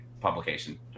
publication